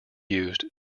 used